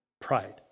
Pride